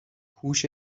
هوش